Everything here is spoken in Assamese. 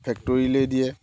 ফেক্টৰীলৈ দিয়ে